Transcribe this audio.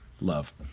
love